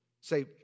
Say